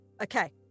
Okay